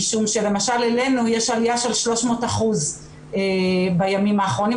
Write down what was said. משום שלמשל אלינו יש עלייה של 300% בימים האחרונים,